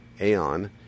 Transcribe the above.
Aeon